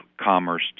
commerce